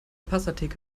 pastatheke